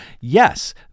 yes